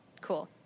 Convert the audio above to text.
Cool